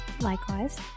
Likewise